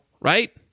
right